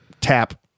tap